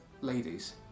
ladies